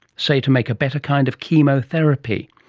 say to make a better kind of chemotherapy.